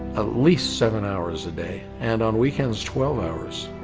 ah least seven hours a day and on weekends twelve hours.